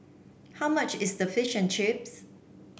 how much is Fish and Chips